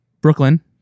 Brooklyn